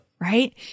Right